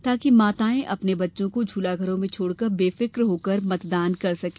ताकि माताएं अपने बच्चों को झूलाघरों में छोड़कर बेफिक होकर मतदान कर सकें